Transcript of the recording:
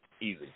Easy